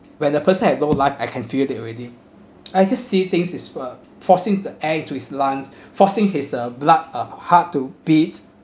when a person had no life I can feel that already I just see things is uh forcing the air into his lungs forcing his uh blood uh heart to beat